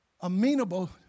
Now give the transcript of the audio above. amenable